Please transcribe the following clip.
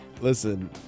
listen